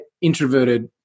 introverted